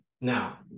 Now